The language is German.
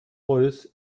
royce